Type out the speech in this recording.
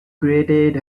created